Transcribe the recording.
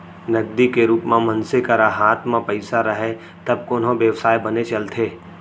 नगदी के रुप म मनसे करा हात म पइसा राहय तब कोनो बेवसाय बने चलथे